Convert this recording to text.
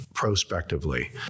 prospectively